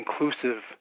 inclusive